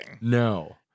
No